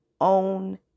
own